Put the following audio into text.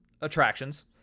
attractions